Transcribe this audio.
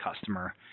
customer